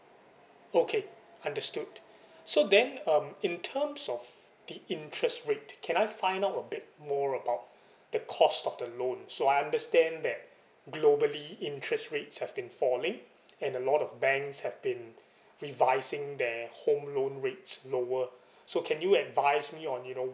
okay understood so then um in terms of the interest rate can I find out a bit more about the cost of the loan so I understand that globally interest rates have been falling and a lot of banks have been revising their home loan rates lower so can you advise me on you know